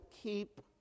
keep